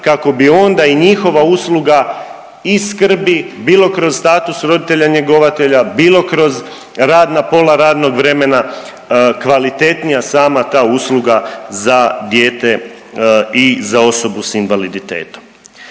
kako bi onda i njihova usluga i skrbi bilo kroz status roditelja njegovatelja, bilo kroz rad na pola radnog vremena, kvalitetnija sama ta usluga za dijete i za osobu s invaliditetom.